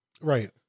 Right